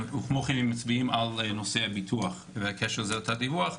כמו כן הם מצביעים על נושא הביטוח והקשר של זה לתת דיווח.